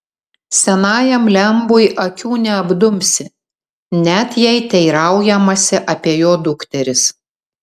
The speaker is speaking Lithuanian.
senajam lembui akių neapdumsi net jei teiraujamasi apie jo dukteris